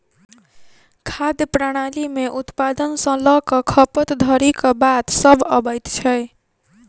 खाद्य प्रणाली मे उत्पादन सॅ ल क खपत धरिक बात सभ अबैत छै